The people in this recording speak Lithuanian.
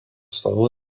salų